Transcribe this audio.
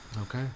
Okay